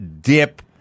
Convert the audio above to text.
dip